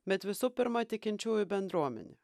bet visų pirma tikinčiųjų bendruomenė